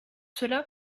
cela